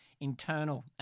internal